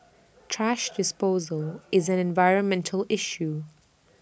thrash disposal is an environmental issue